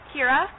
Kira